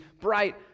bright